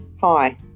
Hi